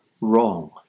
wrong